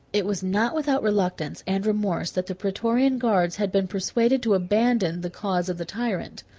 it was not without reluctance and remorse, that the praetorian guards had been persuaded to abandon the cause of the tyrant.